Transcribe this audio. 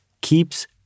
keeps